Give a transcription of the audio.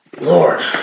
Lord